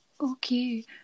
Okay